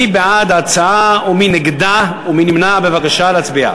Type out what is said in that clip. מי בעד ההצעה ומי נגדה ומי נמנע?